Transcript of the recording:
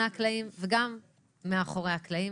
הקלעים וגם מאחורי הקלעים.